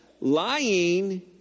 Lying